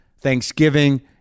Thanksgiving